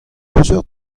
peseurt